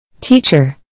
Teacher